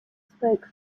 spoke